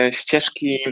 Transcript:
ścieżki